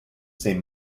same